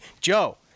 Joe